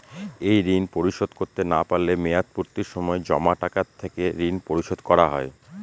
এই ঋণ পরিশোধ করতে না পারলে মেয়াদপূর্তির সময় জমা টাকা থেকে ঋণ পরিশোধ করা হয়?